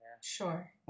Sure